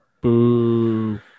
Boo